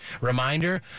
REMINDER